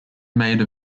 made